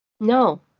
No